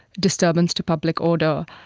disturbance to public order,